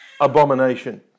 abomination